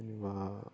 बा